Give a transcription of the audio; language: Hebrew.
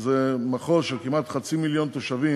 שזה מחוז של כמעט חצי מיליון תושבים,